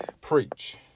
preach